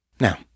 Now